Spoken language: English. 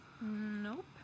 Nope